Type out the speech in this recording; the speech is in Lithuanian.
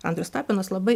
andrius tapinas labai